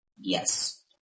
Yes